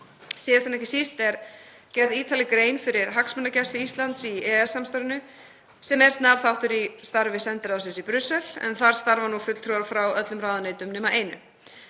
Síðast en ekki síst er gerð ítarleg grein fyrir hagsmunagæslu Íslands í EES-samstarfinu sem er snar þáttur í starfi sendiráðsins í Brussel en þar starfa nú fulltrúar frá öllum ráðuneytum nema einu.